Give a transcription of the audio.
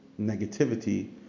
negativity